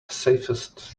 safest